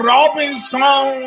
Robinson